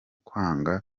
kwanga